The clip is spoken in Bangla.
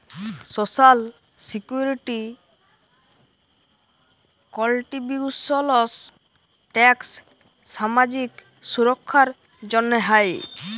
সোশ্যাল সিকিউরিটি কল্ট্রীবিউশলস ট্যাক্স সামাজিক সুরক্ষার জ্যনহে হ্যয়